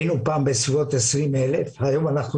היינו פעם 20,000 והיום אנחנו